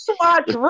Watch